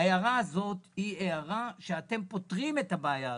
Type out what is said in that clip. - ההערה הזאת היא הערה שאתם פותרים את הבעיה הזאת.